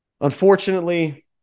unfortunately